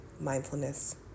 mindfulness